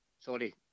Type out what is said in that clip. Sorry